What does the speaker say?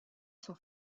sont